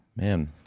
Man